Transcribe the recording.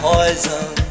Poison